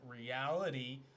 reality